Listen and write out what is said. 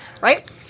right